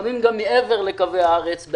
לפעמים גם מעבר לקווי הארץ,